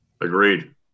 Agreed